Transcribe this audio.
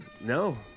No